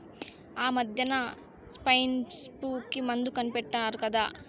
ఆమద్దెన సైన్ఫ్లూ కి మందు కనిపెట్టినారు కదా